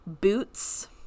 boots